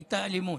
הייתה אלימות.